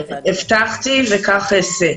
הבטחתי וכך אעשה.